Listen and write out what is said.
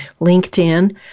LinkedIn